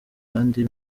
abandi